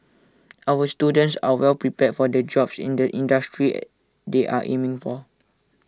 our students are well prepared for the jobs in the industries they are aiming for